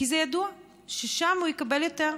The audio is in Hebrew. כי זה ידוע ששם הוא יקבל יותר.